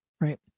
right